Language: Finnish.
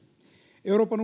euroopan